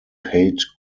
paid